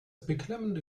beklemmende